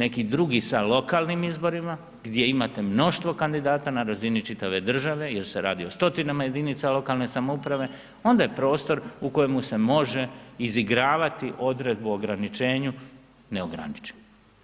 neki drugi sa lokalnim izborima, gdje imate mnoštvo kandidata, na razini čitave države, jer se radi o stotinama jedinica lokalne samouprave, onda je prostor u kojemu se može izigravati odredbu o ograničenju neograničeno.